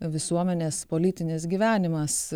visuomenės politinis gyvenimas